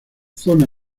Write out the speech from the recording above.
zona